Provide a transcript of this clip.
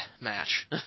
match